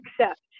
accept